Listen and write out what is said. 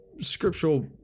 scriptural